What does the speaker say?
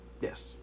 Yes